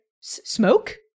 smoke